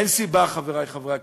אין סיבה, חברי חברי הכנסת,